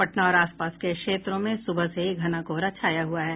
पटना और आसपास के क्षेत्रों में सुबह से ही घना कोहरा छाया हुआ है